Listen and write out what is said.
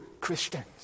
Christians